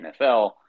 NFL